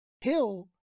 hill